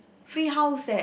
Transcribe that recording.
free house leh